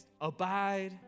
abide